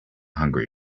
hungry